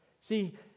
See